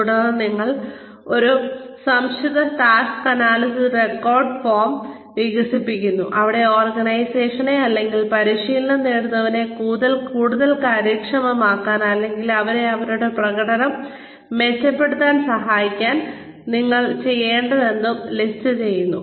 തുടർന്ന് നിങ്ങൾ ഒരു സംക്ഷിപ്ത ടാസ്ക് അനാലിസിസ് റെക്കോർഡ് ഫോം വികസിപ്പിച്ചെടുക്കുന്നു അവിടെ ഓർഗനൈസേഷനെ അല്ലെങ്കിൽ പരിശീലനം നേടുന്നവരെ കൂടുതൽ കാര്യക്ഷമമാക്കാൻ അല്ലെങ്കിൽ അവരെ അവരുടെ പ്രകടനം മെച്ചപ്പെടുത്താൻ സഹായിക്കാൻ നിങ്ങൾ ചെയ്യേണ്ടതെന്തും ലിസ്റ്റ് ചെയ്യുന്നു